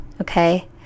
Okay